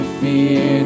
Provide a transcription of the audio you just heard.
fear